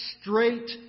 straight